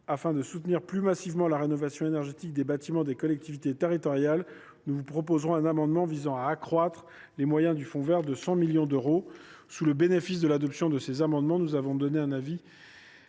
afin de soutenir plus massivement la rénovation énergétique des bâtiments des collectivités territoriales, nous vous proposerons un amendement visant à accroître les moyens du fonds vert de 100 millions d’euros. Sous réserve de l’adoption de ces amendements, la commission émet un avis